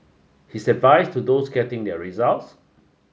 his advice to those getting their results